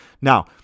Now